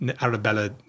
Arabella